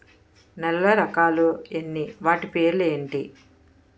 నేలలో రకాలు ఎన్ని వాటి పేర్లు ఏంటి?